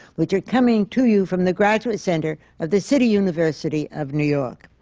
which are coming to you from the graduate center of the city university of new york.